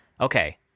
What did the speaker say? okay